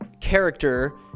character